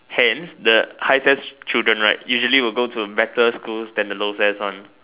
hence the high S_E_S children right usually will go to better school than the low S_E_S one